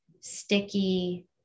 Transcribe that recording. sticky